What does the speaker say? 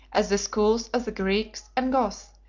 as the schools of the greeks and goths,